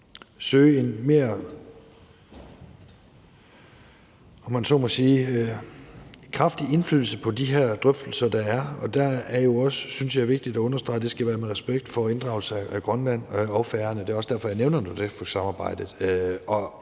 så må sige, kraftig indflydelse på de drøftelser, der er. Og der er det også, synes jeg, vigtigt at understrege, at det skal være med respekt for inddragelse af Grønland og Færøerne – det er også derfor, jeg nævner NORDEFCO-samarbejdet